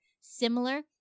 similar